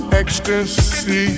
ecstasy